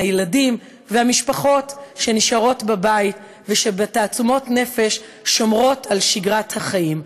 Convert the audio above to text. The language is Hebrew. הילדים והמשפחות שנשארות בבית ובתעצומות נפש שומרות על שגרת החיים.